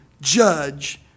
judge